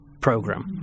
program